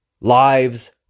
lives